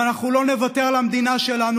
ואנחנו לא נוותר על המדינה שלנו,